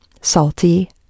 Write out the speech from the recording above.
salty